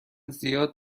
زیاد